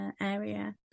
area